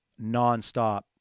nonstop